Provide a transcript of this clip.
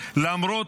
למרות